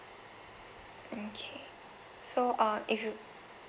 okay so uh if you